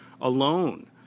alone